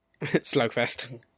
Slugfest